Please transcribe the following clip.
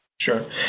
Sure